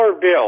bill